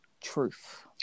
truth